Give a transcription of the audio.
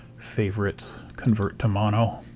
favorites, convert to mono.